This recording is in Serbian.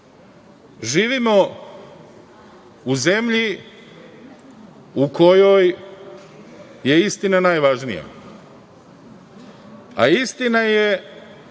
živimo u zemlji u kojoj je istina najvažnija, a istina je